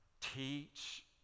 teach